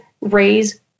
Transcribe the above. raise